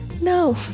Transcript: no